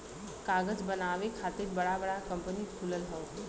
कागज बनावे खातिर बड़ा बड़ा कंपनी खुलल हौ